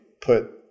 put